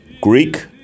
Greek